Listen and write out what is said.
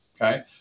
Okay